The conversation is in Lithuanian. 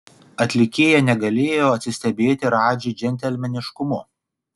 atlikėja negalėjo atsistebėti radži džentelmeniškumu